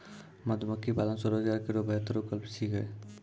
मधुमक्खी पालन स्वरोजगार केरो बेहतर विकल्प छिकै